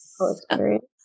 experience